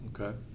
okay